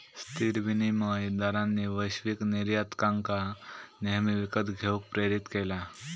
स्थिर विनिमय दरांनी वैश्विक निर्यातकांका नेहमी विकत घेऊक प्रेरीत केला